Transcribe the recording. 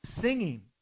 singing